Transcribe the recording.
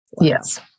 Yes